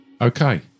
Okay